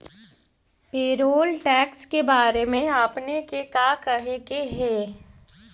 Payroll tax के बारे में आपने के का कहे के हेअ?